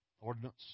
ordinance